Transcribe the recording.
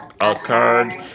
occurred